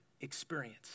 experience